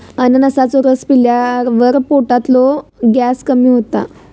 अननसाचो रस पिल्यावर पोटातलो गॅस कमी होता